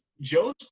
Joe's